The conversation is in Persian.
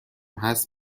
هست